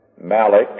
Malik